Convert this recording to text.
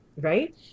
right